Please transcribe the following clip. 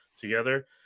together